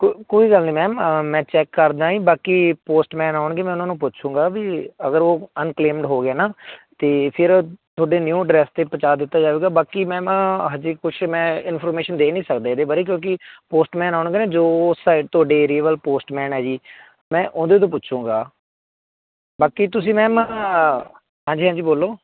ਕੋ ਕੋਈ ਗੱਲ ਨਹੀਂ ਮੈਮ ਮੈਂ ਚੈੱਕ ਕਰਦਾ ਜੀ ਬਾਕੀ ਪੋਸਟਮੈਨ ਆਉਣਗੇ ਮੈਂ ਉਹਨਾਂ ਨੂੰ ਪੁੱਛੂਗਾ ਵੀ ਅਗਰ ਉਹ ਅਨਕਲੇਮਡ ਹੋ ਗਿਆ ਨਾ ਅਤੇ ਫਿਰ ਤੁਹਾਡੇ ਨਿਊ ਡਰੈਸ 'ਤੇ ਪਹੁੰਚਾ ਦਿੱਤਾ ਜਾਵੇਗਾ ਬਾਕੀ ਮੈਮ ਹਜੇ ਕੁਛ ਮੈਂ ਇਨਫੋਰਮੇਸ਼ਨ ਦੇ ਨਹੀਂ ਸਕਦਾ ਇਹਦੇ ਬਾਰੇ ਕਿਉਂਕਿ ਪੋਸਟਮੈਨ ਆਉਣਗੇ ਨਾ ਜੋ ਉਸ ਸਾਈਡ ਤੁਹਾਡੇ ਏਰੀਏ ਵੱਲ ਪੋਸਟਮੈਨ ਹੈ ਜੀ ਮੈਂ ਉਹਦੇ ਤੋਂ ਪੁੱਛੂਗਾ ਬਾਕੀ ਤੁਸੀਂ ਮੈਮ ਹਾਂਜੀ ਹਾਂਜੀ ਬੋਲੋ